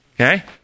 Okay